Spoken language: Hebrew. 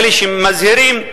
אלה שמזהירים,